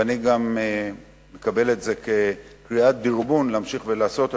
ואני גם מקבל את זה כקריאת דרבון להמשיך ולעשות,